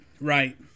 Right